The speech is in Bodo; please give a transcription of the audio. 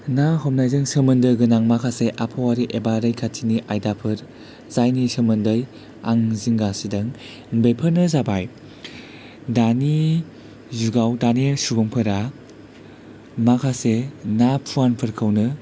ना हमनायजों सोमोन्दोगोनां माखासे आबहावायारि एबा रैखाथिनि आयदाफोर जायनि सोमोन्दै आं जिंगासिदों बेफोरनो जाबाय दानि जुगाव दानि सुबुंफोरा माखासे ना फुवानफोरखौनो